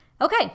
okay